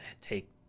take